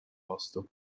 vastu